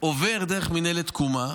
עובר דרך מינהלת תקומה,